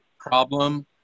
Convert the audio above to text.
problem